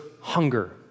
hunger